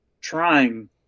trying